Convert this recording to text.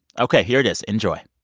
ok. here it is. enjoy